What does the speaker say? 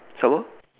so